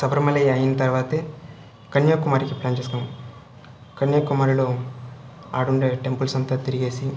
శబరిమలై అయిన తర్వాత కన్యాకుమారికి ప్లాన్ చేసుకున్నాము కన్యాకుమారిలో ఆడ ఉండే టెంపుల్స్ అంతా తిరిగేసి